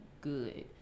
good